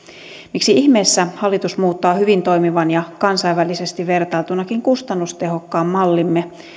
miksi ihmeessä hallitus muuttaa hyvin toimivan ja kansainvälisesti vertailtunakin kustannustehokkaan mallimme